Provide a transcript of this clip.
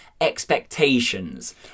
expectations